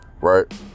Right